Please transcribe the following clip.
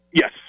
Yes